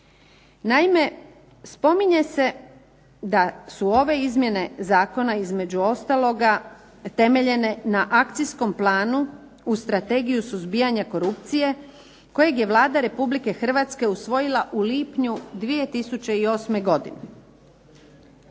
Naime, spominje se da su ove izmjene zakona između ostaloga temeljene na akcijskom planu uz Strategiju suzbijanja korupcije kojeg je Vlada Republike Hrvatske usvojila u lipnju 2008. godine.